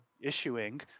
issuing